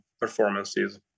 performances